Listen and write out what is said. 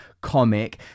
comic